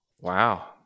Wow